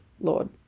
Lord